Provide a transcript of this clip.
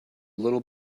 little